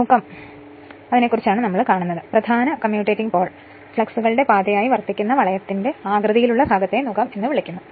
നുകം പ്രധാന commutating pole ഫ്ലക്സുകളുടെ പാതയായി വർത്തിക്കുന്ന വളയത്തിന്റെ ആകൃതിയിലുള്ള ഭാഗത്തെ നുകം എന്ന് വിളിക്കുന്നു